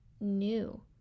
new